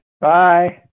Bye